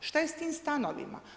Što je s tim stanovima?